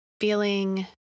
feeling